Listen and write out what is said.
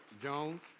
Jones